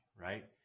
right